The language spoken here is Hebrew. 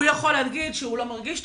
הוא יכול להגיד שהוא לא מרגיש טוב,